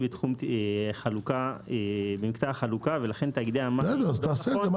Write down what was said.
בתחום החלוקה ולכן תאגידי המים- -- אז תעשה את זה.